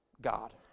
God